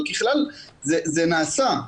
אבל ככלל זה נעשה.